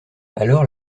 alors